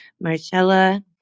Marcella